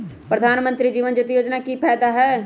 प्रधानमंत्री जीवन ज्योति योजना के की फायदा हई?